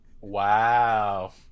Wow